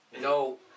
No